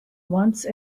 once